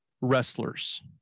wrestlers